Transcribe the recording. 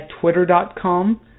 twitter.com